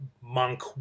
monk